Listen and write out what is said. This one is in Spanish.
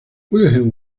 wilhelm